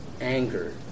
anger